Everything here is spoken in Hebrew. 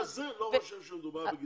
אני במקרה הזה לא רואה שמדובר בגזענות,